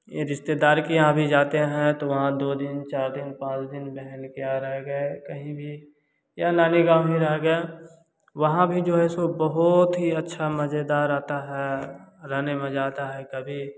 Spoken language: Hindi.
यह रिश्तेदार के यहाँ भी जाते हैं तो वहाँ दो दिन चार दिन पाँच दिन बजे के यहाँ भी कहीं भी या लाली बाग में रह गए वहाँ भी जो सो भी बहुत ही अच्छा मज़ेदार आता है रहने में मज़ा आता है कभी